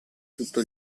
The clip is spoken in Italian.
tutto